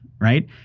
right